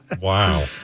Wow